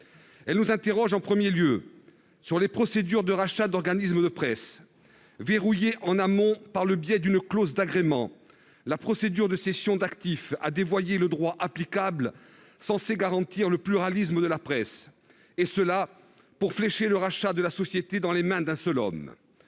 elle nous interroge en 1er lieu sur les procédures de rachat d'organismes de presse verrouiller en amont par le biais d'une clause d'agrément, la procédure de cession d'actifs à dévoyer le droit applicable, censé garantir le pluralisme de la presse et cela pour flécher le rachat de la société dans les mains d'un seul homme,